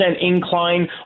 incline